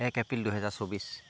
এক এপ্ৰিল দুহেজাৰ চৌব্বিছ